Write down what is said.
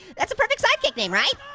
that's a perfect sidekick name, right?